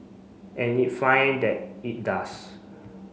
and if fine that it does